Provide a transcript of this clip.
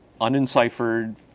unenciphered